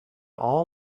all